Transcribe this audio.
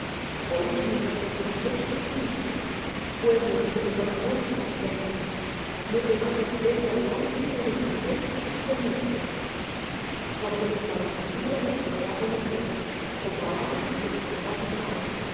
oidme los que conocéis justicia pueblo en cuyo corazón está mi ley no temáis afrenta de hombre ni desmayéis por sus denuestos porque como á vestidura los comerá polilla como á lana los comerá gusano